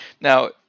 Now